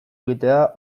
egitea